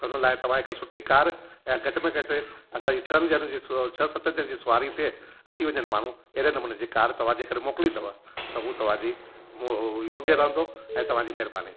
त उन लाइ तव्हां हिकु सुठी कार ऐं घटि में घटि असांजी छहनि ॼणनि जी सत जी सवारी ते अची वञनि माण्हू अहिड़ी नमूने जी कार तव्हां जेकॾहिं मोकिलींदव त उहा तव्हांजी अ अ योग्य रहंदो ऐं तव्हांजी महिरबानी